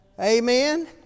Amen